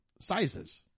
sizes